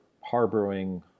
harboring